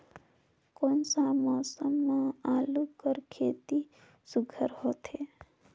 कोन सा मौसम म आलू कर खेती सुघ्घर होथे?